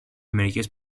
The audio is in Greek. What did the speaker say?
μερικές